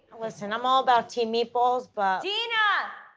listen, i'm all about team meatballs but. deena!